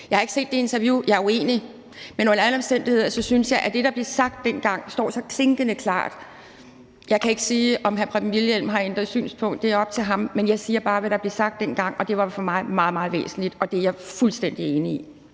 Jeg har ikke set det interview, og jeg er uenig, men under alle omstændigheder synes jeg, at det, der blev sagt dengang, står så klingende klart. Jeg kan ikke sige, om hr. Preben Wilhjelm har ændret synspunkt – det er op til ham – men jeg siger bare, hvad der blev sagt dengang, og det var for mig meget, meget væsentligt, og det var jeg fuldstændig enig i.